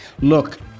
Look